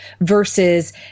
versus